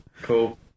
cool